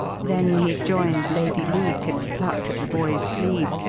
then he joined lady leake, and plucked at the boy's sleeve,